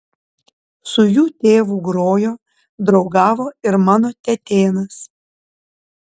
su jų tėvu grojo draugavo ir mano tetėnas